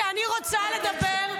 כי אני רוצה לדבר,